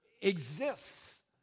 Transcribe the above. exists